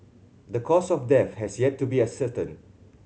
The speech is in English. the cause of death has yet to be ascertained